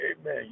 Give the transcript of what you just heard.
Amen